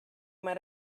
might